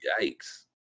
yikes